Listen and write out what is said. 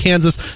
Kansas